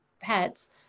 pets